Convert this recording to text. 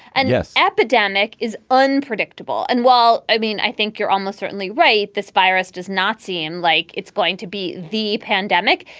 and yes, epidemic is unpredictable. and while i mean, i think you're almost certainly right. this virus does not seem like it's going to be the pandemic.